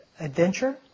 adventure